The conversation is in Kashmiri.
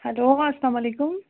ہیٚلو اسلام علیکُم